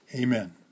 Amen